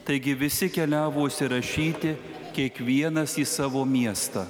taigi visi keliavo užsirašyti kiekvienas į savo miestą